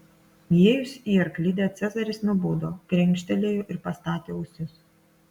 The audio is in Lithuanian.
įėjus į arklidę cezaris nubudo krenkštelėjo ir pastatė ausis